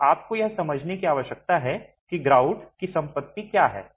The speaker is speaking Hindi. तो आपको यह समझने की आवश्यकता है कि ग्राउट की संपत्ति क्या है